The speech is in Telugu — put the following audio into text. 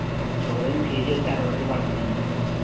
గోధుమలు కేజీ వచ్చి అరవై రూపాయలు పడుతుందండి